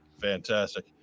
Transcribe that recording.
Fantastic